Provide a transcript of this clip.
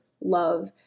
love